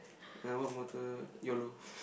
uh what motto yolo